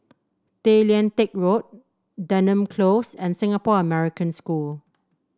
Tay Lian Teck Road Denham Close and Singapore American School